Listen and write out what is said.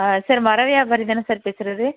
ஆ sir மரம் வியாபாரிதானே sir பேசுகிறது